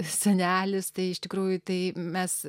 senelis tai iš tikrųjų tai mes